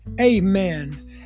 Amen